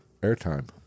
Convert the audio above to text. airtime